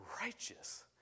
righteous